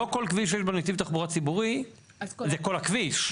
לא כל כביש שיש בו נתיב תחבורה ציבורית זה כל הכביש.